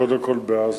קודם כול בעזה,